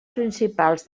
principals